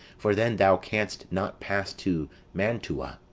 for then thou canst not pass to mantua,